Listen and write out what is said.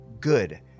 good